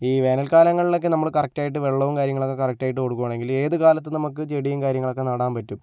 ഈ വേനൽ കാലങ്ങളിലൊക്കെ നമ്മള് കറക്റ്റ് ആയിട്ട് വെള്ളവും കാര്യങ്ങളൊക്കെ കറക്റ്റ് ആയിട്ട് കൊടുക്കുകയാണെങ്കിൽ ഏതുകാലത്തും നമുക്ക് ചെടിയും കാര്യങ്ങളൊക്കെ നടാൻ പറ്റും